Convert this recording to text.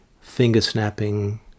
finger-snapping